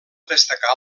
destacar